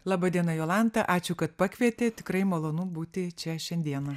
laba diena jolanta ačiū kad pakvietėt tikrai malonu būti čia šiandieną